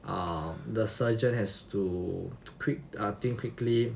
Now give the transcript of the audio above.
um the surgeon has to to prick ah think quickly